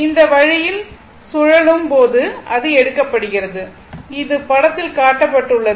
இந்த வழியில் சுழலும் போது இது எடுக்கப்படுகிறது இது படத்தில் காட்டப்பட்டுள்ளது